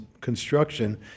construction